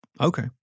Okay